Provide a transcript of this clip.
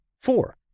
Four